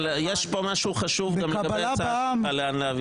אבל יש פה משהו חשוב גם לגבי ההצעה לאן להעביר.